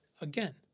Again